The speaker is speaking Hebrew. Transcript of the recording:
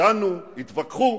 דנו, התווכחו,